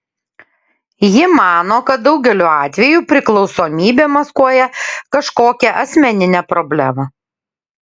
ji mano kad daugeliu atveju priklausomybė maskuoja kažkokią asmeninę problemą